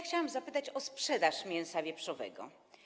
Chciałabym zapytać o sprzedaż mięsa wieprzowego.